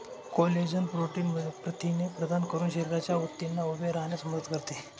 collagen protein प्रथिने प्रदान करून शरीराच्या ऊतींना उभे राहण्यास मदत करते